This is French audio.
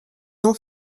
non